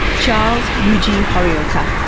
charles yuji horioka,